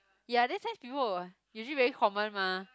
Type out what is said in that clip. ya then science people will usually very common mah